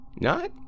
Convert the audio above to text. Not